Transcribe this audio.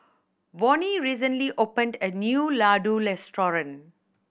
Vonnie recently opened a new Ladoo Restaurant